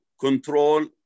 control